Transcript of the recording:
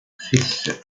six